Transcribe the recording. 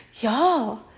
Y'all